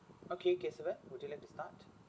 okay kesavan would you like to start